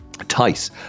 Tice